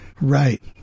Right